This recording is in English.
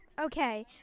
Okay